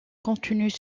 contenus